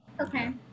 Okay